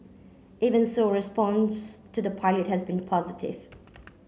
even so response to the pilot has been positive